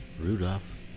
Rudolph